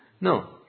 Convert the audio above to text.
No